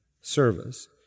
service